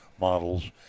models